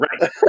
right